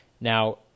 Now